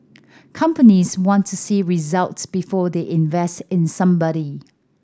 companies want to see results before they invest in somebody